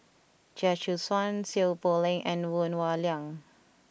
Chia Choo Suan Seow Poh Leng and Woon Wah Siang